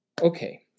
Okay